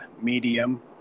medium